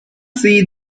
see